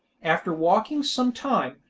after walking some time,